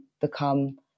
become